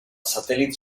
satèl·lit